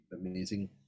amazing